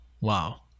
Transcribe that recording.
Wow